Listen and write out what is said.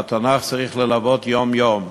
התנ"ך צריך ללוות יום-יום.